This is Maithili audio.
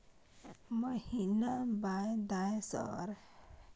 महीना बाय दिय सर?